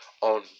on